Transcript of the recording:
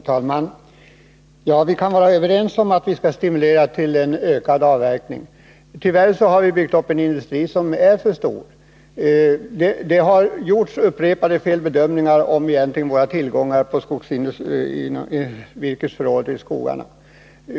Herr talman! Vi kan vara överens om att vi skall stimulera till ökad avverkning, men tyvärr har vi byggt upp en industri som är för stor. Det har gjorts upprepade felbedömningar av tillgångarna på virke i skogarna.